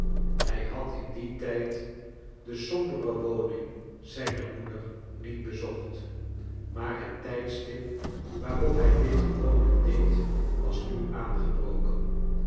hij had in dien tijd de sombere woning zijner moeder niet bezocht maar het tij dstip waarop hij dit gewoonlijk deed was nu aangebroken